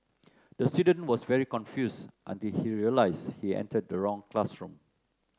the student was very confused until he realised he entered the wrong classroom